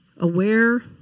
Aware